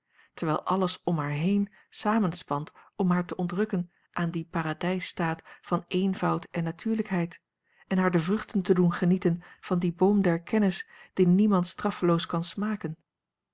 terwijl alles om haar heen samenspant om haar te ontrukken aan dien paradijsstaat van eenvoud en natuurlijkheid en haar de vruchten te doen genieten van dien boom der kennis die niemand straffeloos kan smaken